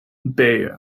bayeux